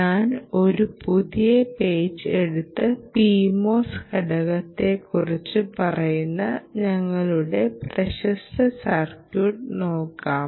ഞാൻ ഒരു പുതിയ പേജ് എടുത്ത് PMOS ഘടകത്തെക്കുറിച്ച് പറയുന്ന ഞങ്ങളുടെ പ്രശസ്ത സർക്യൂട്ട് നോക്കാം